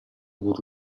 pur